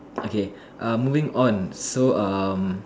okay um moving on so um